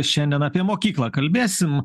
šiandien apie mokyklą kalbėsim